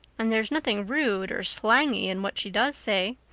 and there's nothing rude or slangy in what she does say.